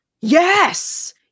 yes